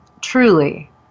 truly